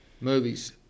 Movies